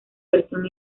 versión